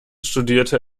studierte